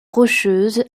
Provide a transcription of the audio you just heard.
rocheuse